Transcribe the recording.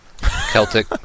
Celtic